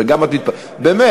וגם את, באמת.